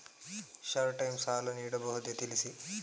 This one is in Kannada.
ಶಾರ್ಟ್ ಟೈಮ್ ಸಾಲ ನೀಡಬಹುದೇ ತಿಳಿಸಿ?